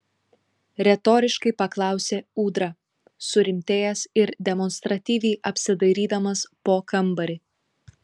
retoriškai paklausė ūdra surimtėjęs ir demonstratyviai apsidairydamas po kambarį